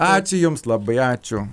ačiū jums labai ačiū